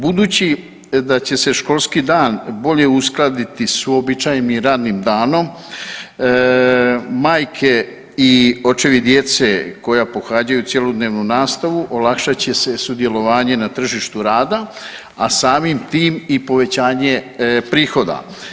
Budući da će se školski dan bolje uskladiti s uobičajenim radnim danom, majke i očevi djece koja pohađaju cjelodnevnu nastavu olakšat će se sudjelovanje na tržištu rada, a samim tim i povećanje prihoda.